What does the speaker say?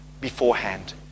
beforehand